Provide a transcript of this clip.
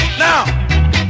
Now